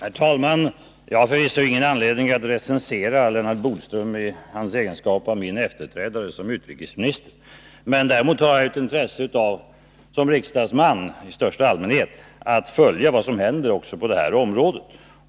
Herr talman! Jag har förvisso ingen anledning att recensera Lennart Bodström i hans egenskap av min efterträdare som utrikesminister. Däremot har jag som riksdagsman ett intresse i största allmänhet av att följa vad som händer också på detta område.